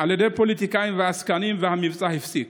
על ידי פוליטיקאים ועסקנים, והמבצע הפסיק.